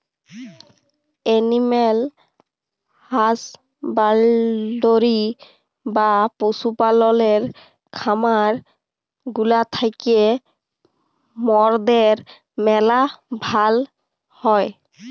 animal husbandry বা পশু পাললের খামার গুলা থ্যাকে মরদের ম্যালা ভাল হ্যয়